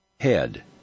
Head